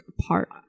apart